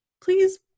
please